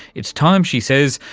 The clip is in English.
it's time, she says,